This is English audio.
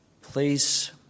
Please